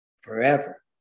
forever